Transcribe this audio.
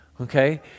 okay